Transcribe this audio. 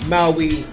Maui